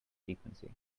frequency